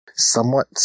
somewhat